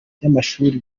by’amashuri